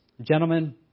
Gentlemen